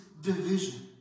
division